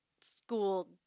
school